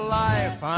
life